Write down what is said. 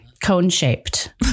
Cone-shaped